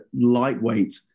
lightweight